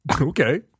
okay